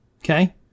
Okay